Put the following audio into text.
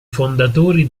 fondatori